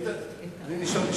אדוני היושב-ראש,